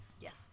yes